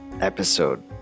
episode